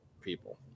people